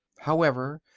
however,